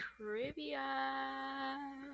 Trivia